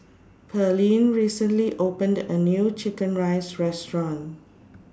Pearlene recently opened A New Chicken Rice Restaurant